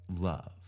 Love